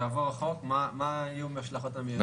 יעבור החוק, מה יהיו ההשלכות המיידיות?